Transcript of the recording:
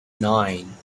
nine